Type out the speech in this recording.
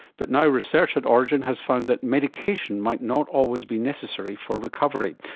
but now research at orygen has found that medication might not always be necessary for recovery.